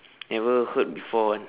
never heard before [one]